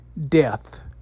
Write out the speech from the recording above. death